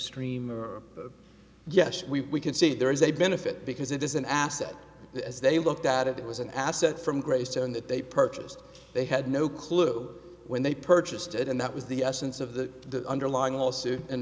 stream yes we can see that there is a benefit because it is an asset as they looked at it it was an asset from greystone that they purchased they had no clue when they purchased it and that was the essence of the underlying lawsuit and